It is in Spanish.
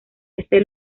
este